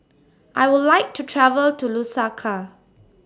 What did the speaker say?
I Would like to travel to Lusaka